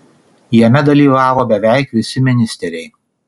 jame dalyvavo beveik visi ministeriai